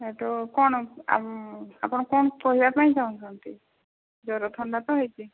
ହେ ତ କ'ଣ ଆ ଆପଣ କ'ଣ କହିବା ପାଇଁ ଚାହୁଁଚନ୍ତି ଜ୍ୱର ଥଣ୍ଡା ତ ହୋଇଛି